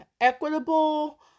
equitable